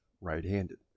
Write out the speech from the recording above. right-handed